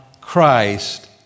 Christ